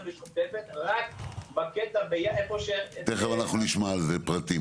משותפת רק בקטע -- תכף נשמע על זה פרטים.